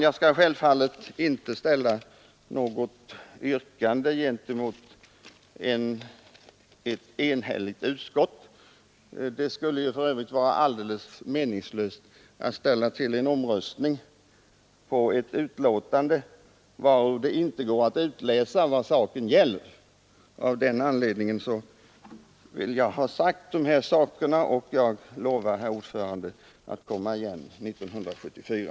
Jag skall självfallet inte ställa något yrkande gentemot ett enhälligt utskott. Det skulle för övrigt vara alldeles meningslöst att begära en omröstning, eftersom det inte går att av betänkandet läsa ut vad saken gäller. Av den anledningen har jag endast velat framföra dessa synpunkter, och jag lovar att komma igen 1974.